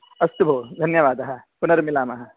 अस्तु भो धन्यवादः पुनर्मिलामः